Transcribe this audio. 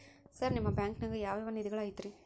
Sir ನಿಮ್ಮ ಬ್ಯಾಂಕನಾಗ ಯಾವ್ ಯಾವ ನಿಧಿಗಳು ಐತ್ರಿ?